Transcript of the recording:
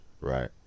right